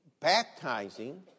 baptizing